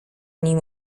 nim